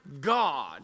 God